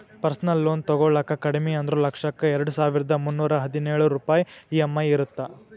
personal loan ತೊಗೊಳಾಕ ಕಡಿಮಿ ಅಂದ್ರು ಲಕ್ಷಕ್ಕ ಎರಡಸಾವಿರ್ದಾ ಮುನ್ನೂರಾ ಹದಿನೊಳ ರೂಪಾಯ್ ಇ.ಎಂ.ಐ ಇರತ್ತ